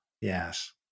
Yes